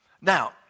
Now